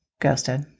#ghosted